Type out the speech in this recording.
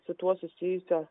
su tuo susijusios